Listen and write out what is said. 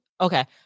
okay